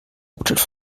hauptstadt